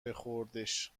بخوردش